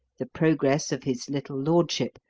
the progress of his little lordship,